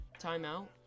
timeout